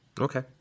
Okay